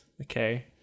Okay